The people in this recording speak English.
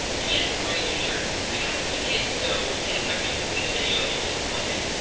and yes, i'm wearing a new shirt. i got two kids so you can't expect me to complete a video in just one day,